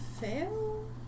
fail